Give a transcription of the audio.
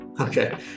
okay